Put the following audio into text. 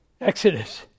Exodus